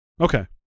okay